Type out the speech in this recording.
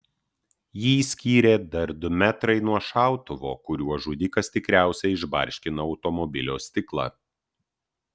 jį skyrė dar du metrai nuo šautuvo kuriuo žudikas tikriausiai išbarškino automobilio stiklą